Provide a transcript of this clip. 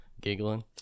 giggling